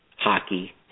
Hockey